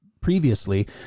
previously